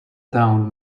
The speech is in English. town